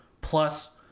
plus